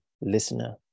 listener